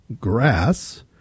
Grass